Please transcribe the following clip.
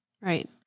right